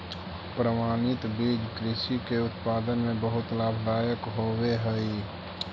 प्रमाणित बीज कृषि के उत्पादन में बहुत लाभदायक होवे हई